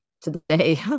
today